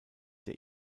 der